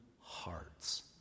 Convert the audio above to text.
hearts